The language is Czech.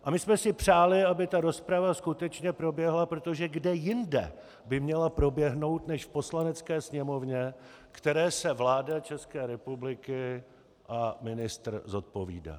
A my jsme si přáli, aby ta rozprava skutečně proběhla, protože kde jinde by měla proběhnout než v Poslanecké sněmovně, které se vláda České republiky a ministr zodpovídá.